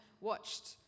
watched